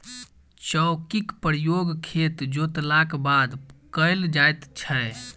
चौकीक प्रयोग खेत जोतलाक बाद कयल जाइत छै